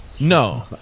No